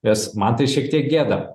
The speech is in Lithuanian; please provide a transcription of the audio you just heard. nes man tai šiek tiek gėda